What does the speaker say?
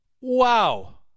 Wow